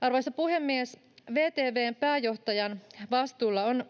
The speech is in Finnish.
Arvoisa puhemies! VTV:n pääjohtajan vastuulla on